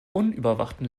unüberwachten